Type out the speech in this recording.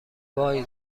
وای